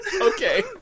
Okay